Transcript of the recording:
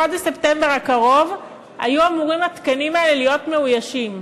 בחודש ספטמבר הקרוב היו אמורים התקנים האלה להיות מאוישים.